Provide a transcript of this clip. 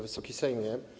Wysoki Sejmie!